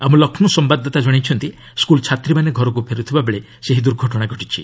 ଆମ ଲକ୍ଷ୍ରୌ ସମ୍ଭାଦଦାତା ଜଣାଇଛନ୍ତି ସ୍କୁଲ୍ ଛାତ୍ରୀମାନେ ଘରକ୍ ଫେର୍ଥିବାବେଳେ ଏହି ଦୂର୍ଘଟଣା ଘଟିଛି